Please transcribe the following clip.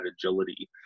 agility